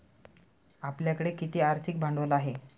आपल्याकडे किती आर्थिक भांडवल आहे?